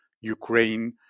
ukraine